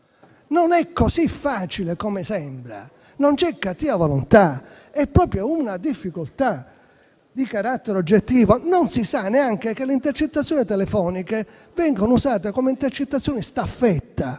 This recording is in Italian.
Non è così facile come sembra: non c'è cattiva volontà, è proprio una difficoltà di carattere oggettivo. Non si sa neanche che le intercettazioni telefoniche vengono usate come intercettazioni staffetta,